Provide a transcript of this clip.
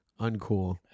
uncool